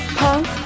punk